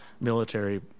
military